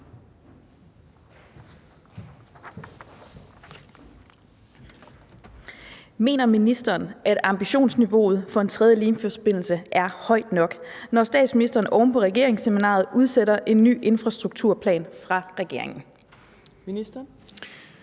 Mener ministeren, at ambitionsniveauet for en tredje Limfjordsforbindelse er højt nok, når statsministeren oven på regeringsseminaret udsætter en ny infrastrukturplan fra regeringen? Fjerde